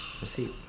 receipt